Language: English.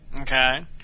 Okay